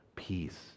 peace